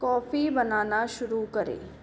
coffee बनाना शुरू करें